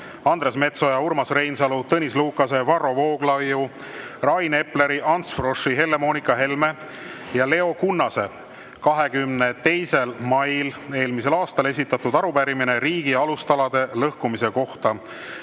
Andres Metsoja, Urmas Reinsalu, Tõnis Lukase, Varro Vooglaiu, Rain Epleri, Ants Froschi, Helle-Moonika Helme ja Leo Kunnase 22. mail eelmisel aastal esitatud arupärimine riigi alustalade lõhkumise kohta.